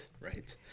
right